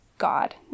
God